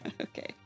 Okay